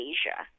Asia